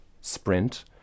sprint